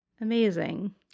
amazing